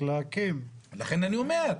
לכן אני אומר.